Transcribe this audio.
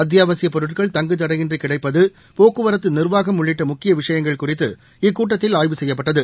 அத்தியாவசியப் பொருட்கள் தங்குத் தடையின்றி கிடைப்பது போக்குவரத்து நிர்வாகம் உள்ளிட்ட முக்கிய விஷயங்கள் குறித்து இக்கூட்டத்தில் ஆய்வு செய்யப்பட்டது